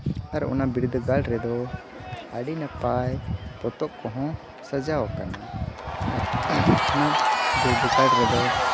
ᱟᱨ ᱚᱱᱟ ᱵᱤᱨᱫᱟᱹᱜᱟᱲ ᱨᱮᱫᱚ ᱟᱹᱰᱤ ᱱᱟᱯᱟᱭ ᱯᱚᱛᱚᱵ ᱠᱚᱦᱚᱸ ᱥᱟᱡᱟᱣ ᱟᱠᱟᱱᱟ ᱟᱨ ᱚᱱᱟ ᱵᱤᱨᱫᱟᱹᱜᱟᱲ ᱨᱮᱫᱚ